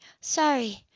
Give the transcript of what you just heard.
sorry